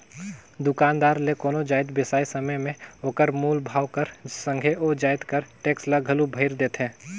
दुकानदार ले कोनो जाएत बिसाए समे में ओकर मूल भाव कर संघे ओ जाएत कर टेक्स ल घलो भइर देथे